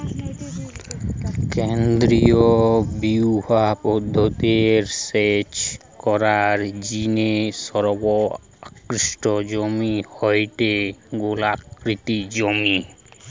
কেন্দ্রীয় পিভট পদ্ধতি রে সেচ করার জিনে সর্বোৎকৃষ্ট জমি হয়ঠে গোলাকৃতি জমি